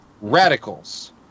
Radicals